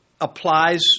applies